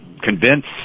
convince